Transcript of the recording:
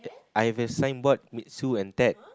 I have a signboard meet Sue and Ted